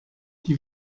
die